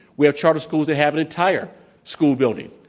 we have charter schools that have an entire school building.